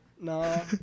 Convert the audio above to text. No